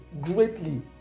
greatly